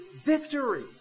victory